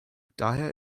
daher